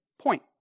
point